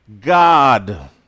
God